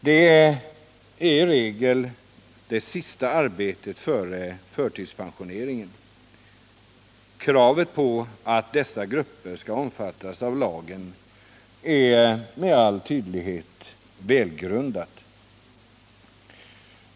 Den är i regel det sista arbetet före förtidspensioneringen. Kravet på att dessa grupper skall omfattas av lagen är med all tydlighet välgrundat.